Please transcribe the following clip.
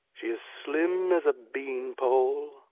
she is slim as a bean-pole.